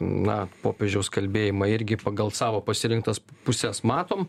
na popiežiaus kalbėjimą irgi pagal savo pasirinktas puses matom